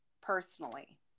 personally